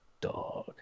Dog